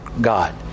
God